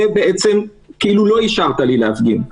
זה בעצם כאילו לא אישרת לי להפגין.